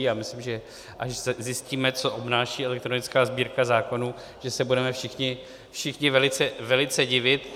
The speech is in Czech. A myslím, že až zjistíme, co obnáší elektronická Sbírka zákonů, že se budeme všichni velice, velice divit.